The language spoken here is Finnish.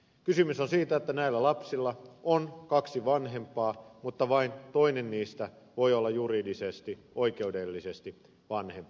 kysymys on siitä että näillä lapsilla on kaksi vanhempaa mutta vain toinen heistä voi olla juridisesti oikeudellisesti vanhempi